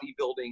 bodybuilding